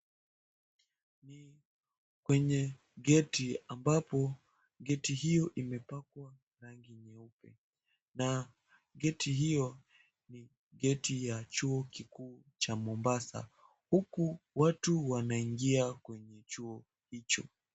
Ni kwenye geti ambapo geti hiyo imepakwa rangi nyeupe na geti hiyo ni geti ya chuo kikuu cha Mombasa huku watu wanaingia kwenye chuo hicho.